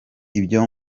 ibyo